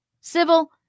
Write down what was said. Civil